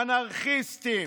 "אנרכיסטים"